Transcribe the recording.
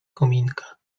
kominka